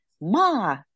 Ma